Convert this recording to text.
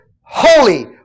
holy